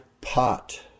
pot